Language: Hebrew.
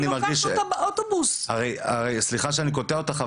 אני לוקחת אותה באוטובוס --- סליחה שאני קוטע אותך.